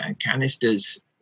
canisters